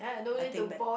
I think back